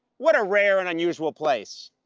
what a rare and unusual place.